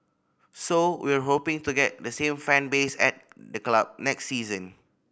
so we're hoping to get the same fan base at the club next season